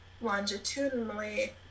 longitudinally